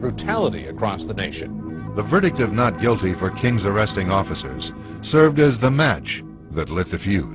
brutality across the nation the verdict of not guilty for king's arresting officers served as the match that lit the f